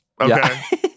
Okay